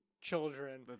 children